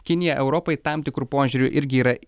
kinija europai tam tikru požiūriu irgi yra